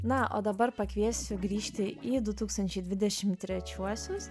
na o dabar pakviesiu grįžti į du tūkstančiai dvidešim trečiuosius